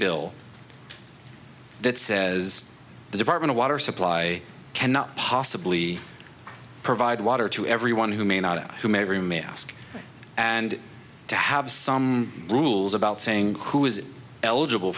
bill that says the department of water supply cannot possibly provide water to everyone who may not whomever you may ask and to have some rules about saying who is eligible